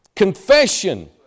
Confession